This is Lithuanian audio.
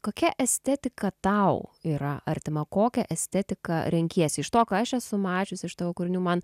kokia estetika tau yra artima kokią estetiką renkiesi iš to ką aš esu mačiusi iš tavo kūrinių man